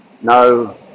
no